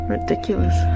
Ridiculous